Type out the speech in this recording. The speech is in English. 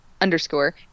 underscore